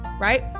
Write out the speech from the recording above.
right